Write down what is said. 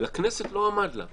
לכנסת לא עמד לה.